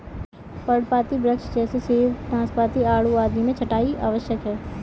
पर्णपाती वृक्ष जैसे सेब, नाशपाती, आड़ू आदि में छंटाई आवश्यक है